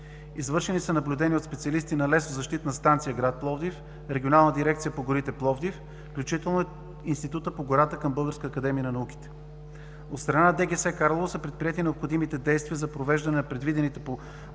Извършени са наблюдения от специалисти на Лесозащитна станция, град Пловдив, Регионална Дирекция по горите – Пловдив, включително и Института по гората към Българската академия на науките. От страна на Държавно горско стопанство – Карлово са предприети необходимите за провеждане на предвидените по